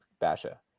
Basha